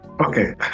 Okay